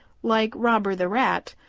like robber the rat,